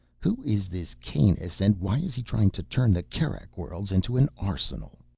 who is this kanus, and why is he trying to turn the kerak worlds into an arsenal?